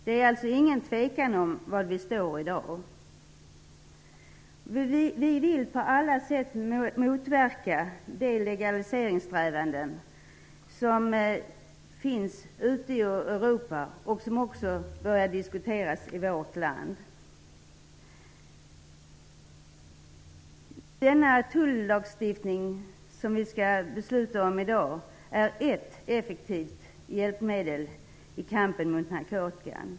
Det råder alltså ingen tvekan om var vi står i dag. Vi vill på alla sätt motverka de legaliseringssträvanden som finns ute i Europa och som också börjar diskuteras i vårt land. Den tullagstiftning som vi skall besluta om i dag är ett effektivt hjälpmedel i kampen mot narkotikan.